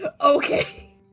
Okay